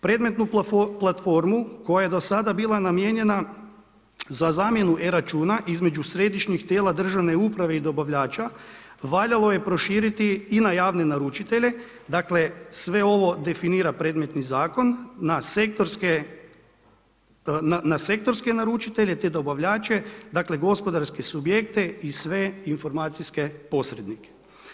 Predmetnu platformu koja je do sada bila namijenjena za zamjenu e računa između središnjih tijela državne uprave i dobavljača valjalo je proširiti i na javne naručitelje, dakle sve ovo definira predmetni zakon, na sektorske naručitelje te dobavljače, dakle gospodarske subjekte i sve informacijske posrednike.